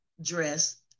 Dress